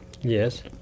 Yes